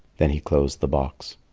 then he closed the box.